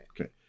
Okay